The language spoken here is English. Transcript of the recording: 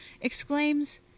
exclaims